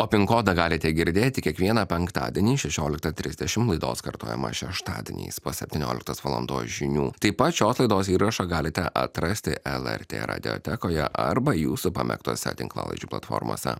o pin kodą galite girdėti kiekvieną penktadienį šešioliktą trisdešim laidos kartojimą šeštadieniais po septynioliktos valandos žinių taip pat šios laidos įrašą galite atrasti lrt radiotekoje arba jūsų pamėgtuose tinklalaidžių platformose